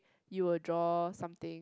you will draw something